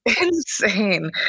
insane